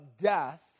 death